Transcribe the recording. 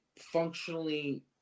functionally